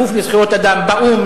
גוף לזכויות אדם באו"ם,